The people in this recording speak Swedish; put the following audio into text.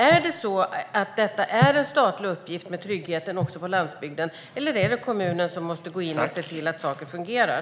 Är tryggheten också på landsbygden en statlig uppgift, eller är det kommunen som måste gå in och se till att saker fungerar?